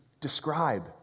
describe